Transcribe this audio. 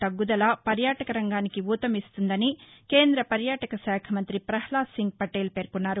తగ్గుదల పర్యాటక రంగానికి ఊతమిస్తుందని కేంద్ర పర్యాటక శాఖ మంత్రి పహ్లాద సింగ్ పటేల్ పేర్కొన్నారు